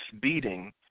beating